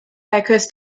hikers